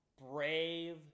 brave